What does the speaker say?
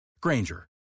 Granger